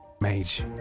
Mage